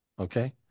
Okay